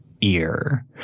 ear